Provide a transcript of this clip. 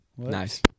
Nice